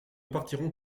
partirons